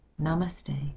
namaste